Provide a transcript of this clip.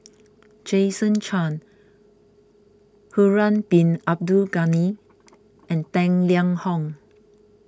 Jason Chan Harun Bin Abdul Ghani and Tang Liang Hong